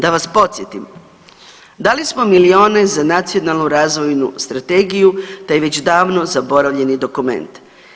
Da vas podsjetim, dali smo milijune za nacionalnu razvojnu strategiju, to je već davno zaboravljeni dokument.